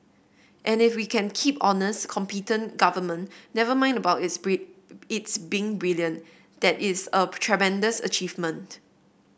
and if we can keep honest competent government never mind about its braid its been brilliant that is a tremendous achievement